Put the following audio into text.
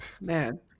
Man